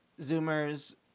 Zoomers